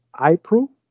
April